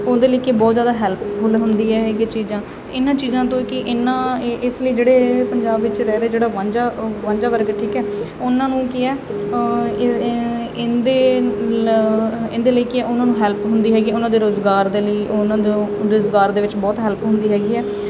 ਉਹਦੇ ਲਈ ਕਿ ਬਹੁਤ ਜ਼ਿਆਦਾ ਹੈਲਪਫੁਲ ਹੁੰਦੀ ਹੈਗੀਆਂ ਚੀਜ਼ਾਂ ਇਹਨਾਂ ਚੀਜ਼ਾਂ ਤੋਂ ਕਿ ਇਹਨਾਂ ਇਸ ਲਈ ਜਿਹੜੇ ਪੰਜਾਬ ਵਿੱਚ ਰਹਿ ਰਹੇ ਜਿਹੜਾ ਵਾਂਝਾ ਵਾਂਝਾ ਵਰਗ ਠੀਕ ਹੈ ਉਹਨਾਂ ਨੂੰ ਕੀ ਹੈ ਇਹਦੇ ਲਈ ਇਹਦੇ ਲਈ ਕੀ ਹੈ ਉਹਨਾਂ ਨੂੰ ਹੈਲਪ ਹੁੰਦੀ ਹੈਗੀ ਉਹਨਾਂ ਦੇ ਰੋਜ਼ਗਾਰ ਦੇ ਲਈ ਉਹਨਾਂ ਨੂੰ ਰੁਜ਼ਗਾਰ ਦੇ ਵਿੱਚ ਬਹੁਤ ਹੈਲਪ ਹੁੰਦੀ ਹੈਗੀ ਹੈ